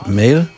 mail